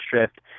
shift